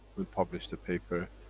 we published a paper.